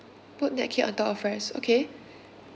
put napkin on top of fries okay